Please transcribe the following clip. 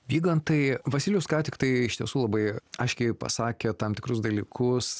vygantai vasilijus ką tik tai iš tiesų labai aiškiai pasakė tam tikrus dalykus